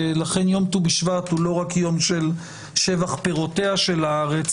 לכן יום ט"ו בשבט הוא לא רק יום של שבח פירותיה של הארץ,